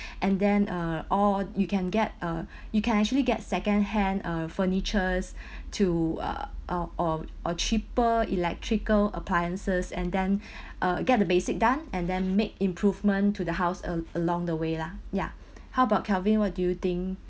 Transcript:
and then uh or you can get uh you can actually get second-hand uh furnitures to uh or or or cheaper electrical appliances and then uh get the basic done and then make improvement to the house a~ along the way lah ya how about kelvin what do you think